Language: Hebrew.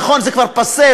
נכון, זה כבר פאסה.